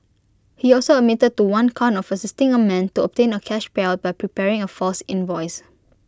he also admitted to one count of assisting A man to obtain A cash payout by preparing A false invoice